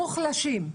מוחלשים,